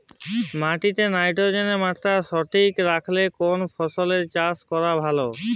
মাটিতে নাইট্রোজেনের মাত্রা সঠিক রাখতে কোন ফসলের চাষ করা ভালো?